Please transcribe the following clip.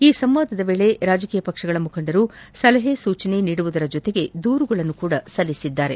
ಈ ಸಂವಾದದ ವೇಳೆ ರಾಜಕೀಯ ಪಕ್ಷಗಳ ಮುಖಂಡರು ಸಲಹೆ ಸೂಚನೆ ನೀಡುವ ಜೊತೆಗೆ ದೂರುಗಳನ್ನು ಸಲ್ಲಿಸಿದರು